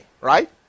Right